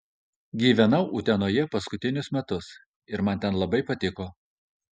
gyvenau utenoje paskutinius metus ir man ten labai patiko